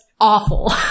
awful